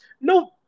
No